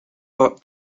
but